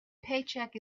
paycheck